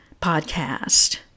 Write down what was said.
podcast